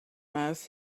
mouth